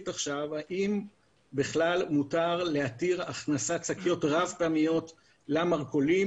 עכשיו אם בכלל מותר להתיר הכנסת שקיות רב פעמיות למרכולים.